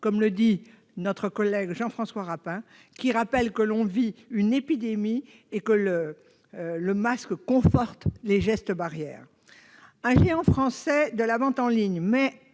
Comme l'a rappelé notre collègue Jean-François Rapin, on vit une épidémie et le masque conforte les gestes barrières. Un géant français de la vente en ligne met